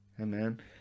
Amen